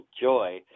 joy